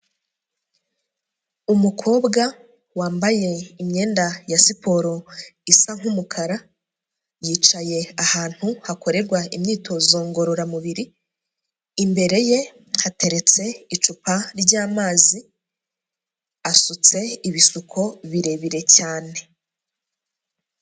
Umukobwa wambaye imyenda ya siporo isa nk'umukara, yicaye ahantu hakorerwa imyitozo ngororamubiri, imbere ye hateretse icupa ry'amazi, asutse ibisuko birebire cyane.